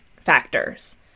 factors